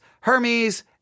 Hermes